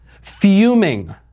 fuming